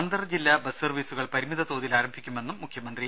അന്തർ ജില്ലാ ബസ് സർവ്വീസുകൾ പരിമിത തോതിൽ ആരംഭിക്കുമെന്നും മുഖ്യമന്ത്രി